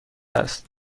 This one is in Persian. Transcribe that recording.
است